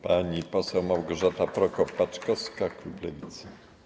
Pani poseł Małgorzata Prokop-Paczkowska, klub Lewicy.